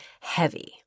heavy